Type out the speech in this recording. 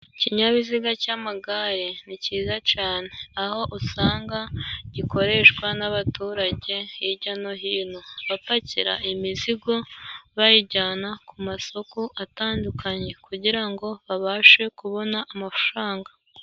Ikinyabiziga cy'amagare ni cyiza cane aho usanga gikoreshwa n'abaturage hijya no hino bapakira imizigo bayijyana ku masoko atandukanye kugirango babashe kubona amafaranga.